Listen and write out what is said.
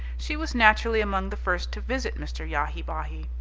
she was naturally among the first to visit mr. yahi-bahi.